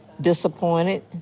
disappointed